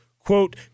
quote